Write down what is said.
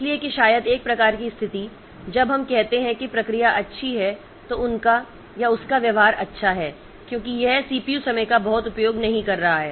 इसलिए कि शायद एक प्रकार की स्थिति जब हम कहते हैं कि प्रक्रिया अच्छी है तो उनका उसका व्यवहार अच्छा है क्योंकि यह CPU समय का बहुत उपयोग नहीं कर रहा है